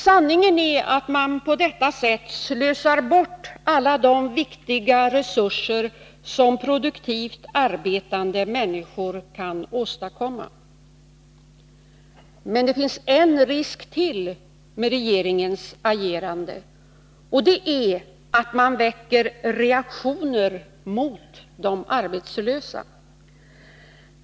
Sanningen är att man på detta sätt slösar bort alla de viktiga resurser som produktivt arbetande människor kan åstadkomma. Men det finns en risk till med regeringens agerande, och det är att man väcker reaktioner mot de arbetslösa.